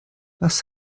was